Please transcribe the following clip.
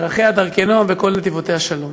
דרכיה דרכי נועם וכל נתיבותיה שלום.